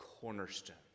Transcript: cornerstone